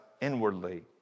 inwardly